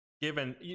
given